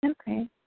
Okay